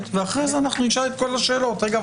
ואחרי זה נשאל את כול השאלות אבל רגע,